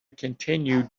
continue